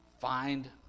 find